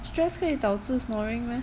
stress 可以导致 snoring meh